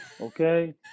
Okay